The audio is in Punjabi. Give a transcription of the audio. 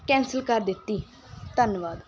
ਕੈਂਸਲ ਕਰ ਦਿੱਤੀ ਧੰਨਵਾਦ